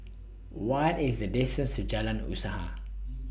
What IS The distance to Jalan Usaha